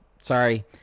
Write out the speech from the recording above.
Sorry